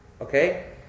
Okay